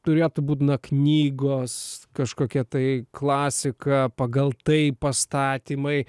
turėtų būt knygos kažkokia tai klasika pagal tai pastatymai